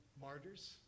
Martyrs